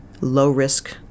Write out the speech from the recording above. low-risk